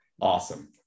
awesome